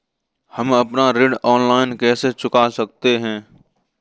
हम अपना ऋण ऑनलाइन कैसे चुका सकते हैं?